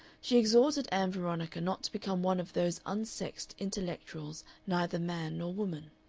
she exhorted ann veronica not to become one of those unsexed intellectuals, neither man nor woman.